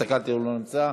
הסתכלתי והוא לא נמצא.